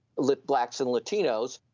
like blacks and latinos,